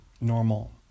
normal